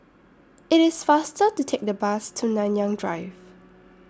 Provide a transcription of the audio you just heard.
IT IS faster to Take The Bus to Nanyang Drive